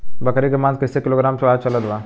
बकरी के मांस कईसे किलोग्राम भाव चलत बा?